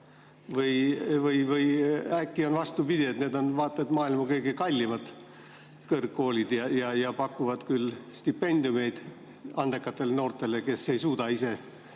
Või äkki on vastupidi, et need on vaata et maailma kõige kallimad kõrgkoolid, mis pakuvad küll stipendiumeid andekatele noortele, kes ei suuda ise